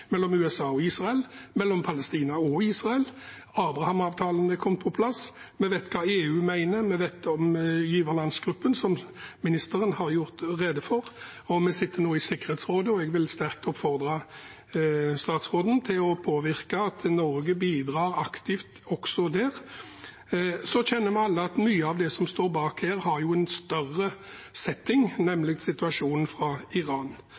mellom USA og palestinerne, mellom USA og Israel, mellom Palestina og Israel. Abraham-avtalen er kommet på plass. Vi vet hva EU mener. Vi vet om giverlandsgruppen, som utenriksministeren har gjort rede for, og vi sitter nå i Sikkerhetsrådet. Jeg vil sterkt oppfordre utenriksministeren til å påvirke at Norge bidrar aktivt også der. Så kjenner vi alle at mye av det som står bak her, har en større setting, nemlig situasjonen i Iran.